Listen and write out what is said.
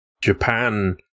Japan